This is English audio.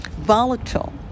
volatile